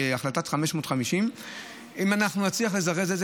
בהחלטה 550. אם אנחנו נצליח לזרז את זה,